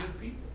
people